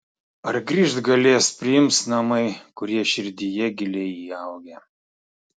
ar grįžt galės priims namai kurie širdyje giliai įaugę